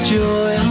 joy